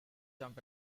jump